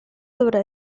dovrà